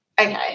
Okay